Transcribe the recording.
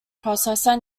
processor